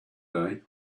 day